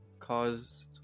caused